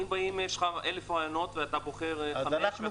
אם יש לך 1,000 רעיונות ואתה בוחר חמישה,